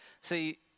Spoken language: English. See